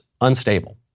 unstable